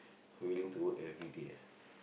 willing to work everyday ah